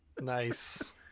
Nice